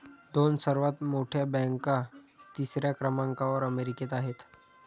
दोन सर्वात मोठ्या बँका तिसऱ्या क्रमांकावर अमेरिकेत आहेत